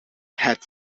had